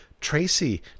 Tracy